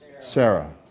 Sarah